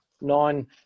nine